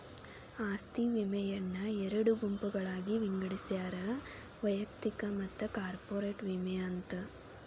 ಆಸ್ತಿ ವಿಮೆಯನ್ನ ಎರಡು ಗುಂಪುಗಳಾಗಿ ವಿಂಗಡಿಸ್ಯಾರ ವೈಯಕ್ತಿಕ ಮತ್ತ ಕಾರ್ಪೊರೇಟ್ ವಿಮೆ ಅಂತ